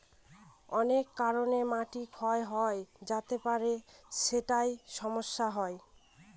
অনেক কারনে মাটি ক্ষয় হয়ে যেতে পারে যেটায় সমস্যা হয়